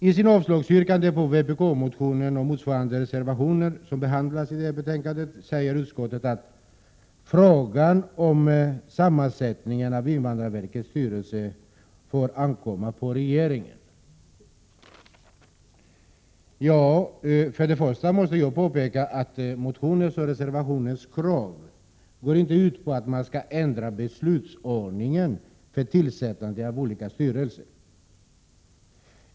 I sitt avslagsyrkande på vpk-motionen, som motsvaras av reservationen, uttalar utskottet att ”frågan om sammansättningen av invandrarverkets styrelse får ankomma på regeringen”. Först och främst måste jag påpeka att kravet i motionen och reservationen inte går ut på att man skall ändra beslutsordningen för tillsättandet av olika styrelser.